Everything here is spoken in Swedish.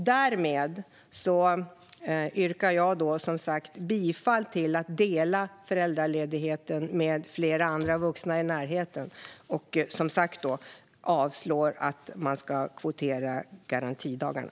Därmed yrkar jag som sagt bifall till att dela föräldraledigheten med flera andra vuxna i närheten och avslag på att man ska kvotera garantidagarna.